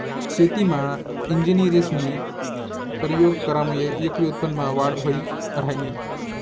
शेतीमा इंजिनियरस्नी परयोग करामुये एकरी उत्पन्नमा वाढ व्हयी ह्रायनी